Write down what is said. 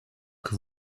que